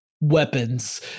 Weapons